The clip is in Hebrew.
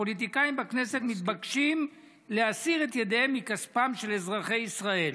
הפוליטיקאים בכנסת מתבקשים להסיר את ידיהם מכספם של אזרחי ישראל.